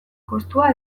kostua